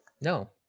no